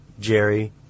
Jerry